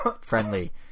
friendly